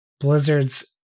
blizzard's